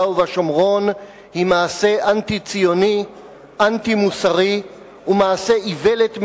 ובשומרון היא מעשה אנטי-ציוני ואנטי-מוסרי ומעשה איוולת מדיני,